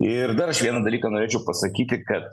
ir dar aš vieną dalyką norėčiau pasakyti kad